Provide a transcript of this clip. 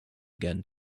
again